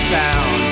town